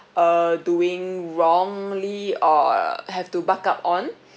uh doing wrongly or have to buck up on